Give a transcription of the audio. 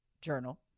journal